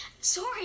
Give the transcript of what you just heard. Sorry